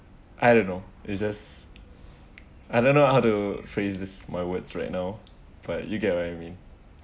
I don't know it's just I don't know how to phrase this my words right now but you get what you mean